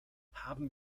haben